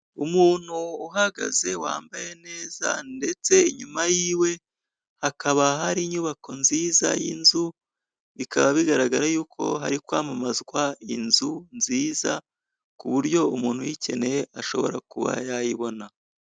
Umuntu uhagaze wambaye neza ndetse inyuma yiwe hakaba hari inyubako nziza y'inzu. Bikaba bigaragara yuko hari kwamamazwa inzu nziza, kuburyo umuntu uyikeneye ashobora kuba yayibona.